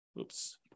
oops